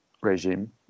regime